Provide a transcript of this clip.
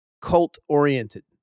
cult-oriented